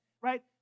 right